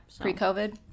Pre-COVID